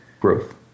growth